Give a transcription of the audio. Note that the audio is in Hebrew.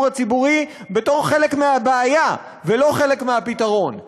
הציבורי בתור חלק מהבעיה ולא חלק מהפתרון,